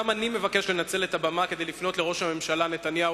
גם אני מבקש לנצל את הבמה כדי לפנות אל ראש הממשלה נתניהו